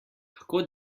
kako